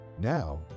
now